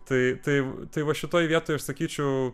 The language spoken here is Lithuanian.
tai tai tai va šitoj vietoj aš sakyčiau